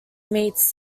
meets